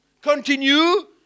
Continue